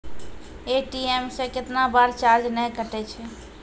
ATM से कैतना बार चार्ज नैय कटै छै?